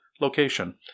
location